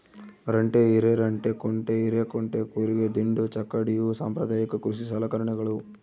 ರಂಟೆ ಹಿರೆರಂಟೆಕುಂಟೆ ಹಿರೇಕುಂಟೆ ಕೂರಿಗೆ ದಿಂಡು ಚಕ್ಕಡಿ ಇವು ಸಾಂಪ್ರದಾಯಿಕ ಕೃಷಿ ಸಲಕರಣೆಗಳು